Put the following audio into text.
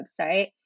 website